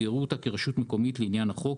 ויראו אותה כרשות מקומית לעניין החוק,